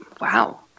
wow